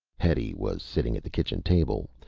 hetty was sitting at the kitchen table,